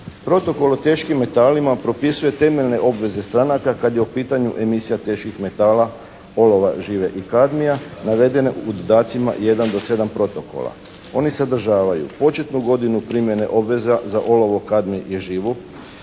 Protokol o teškim metalima propisuje temeljne obveze stranaka kada je u pitanju emisija teških metala, olova, žive i kadmija navedene u dodacima jedan do sedam protokola. Oni sadržavaju početnu godinu primjene obveza za olovo, kadmij i živu,